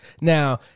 Now